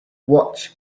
watch